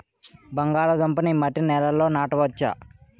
బంగాళదుంప నీ మట్టి నేలల్లో నాట వచ్చా?